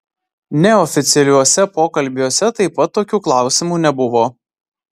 neoficialiuose pokalbiuose taip pat tokių klausimų nebuvo